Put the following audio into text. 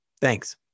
Thanks